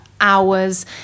hours